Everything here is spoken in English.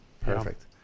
Perfect